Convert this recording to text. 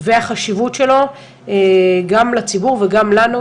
וגם בגלל החשיבות שלו לציבור וגם לנו,